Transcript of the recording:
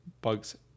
bugs